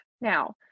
Now